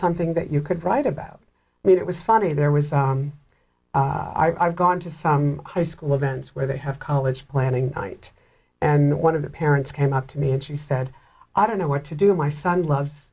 something that you could write about made it was funny there was i've gone to some high school events where they have college planning night and one of the parents came up to me and she said i don't know what to do my son loves